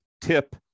tip